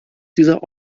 dieser